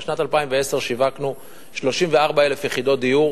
בשנת 2010 שיווקנו 34,000 יחידות דיור,